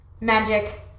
magic